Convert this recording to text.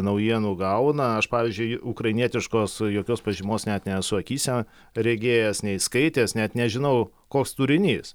naujienų gauna aš pavyzdžiui ukrainietiškos jokios pažymos net nesu akyse regėjęs nei skaitęs net nežinau koks turinys